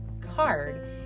card